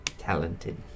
Talented